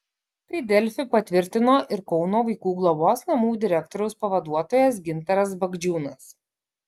tai delfi patvirtino ir kauno vaikų globos namų direktoriaus pavaduotojas gintaras bagdžiūnas